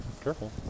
Careful